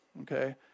Okay